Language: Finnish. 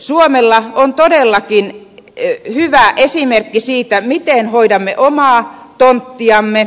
suomella on todellakin hyvä esimerkki siitä miten hoidamme omaa tonttiamme